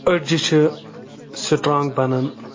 أڈجہِ چھِ سٕٹرَانٛگ بَنان